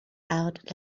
out